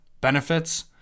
benefits